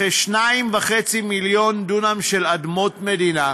בכ-2.5 מיליון דונם של אדמות מדינה,